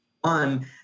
one